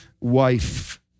wife